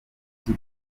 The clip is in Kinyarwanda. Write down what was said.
uzi